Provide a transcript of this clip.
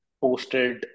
posted